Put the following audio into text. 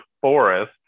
forest